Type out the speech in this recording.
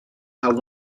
how